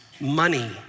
money